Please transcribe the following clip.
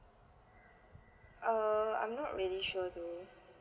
err I'm not really sure though